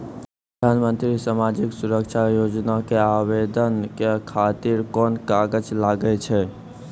प्रधानमंत्री समाजिक सुरक्षा योजना के आवेदन करै खातिर कोन कागज लागै छै?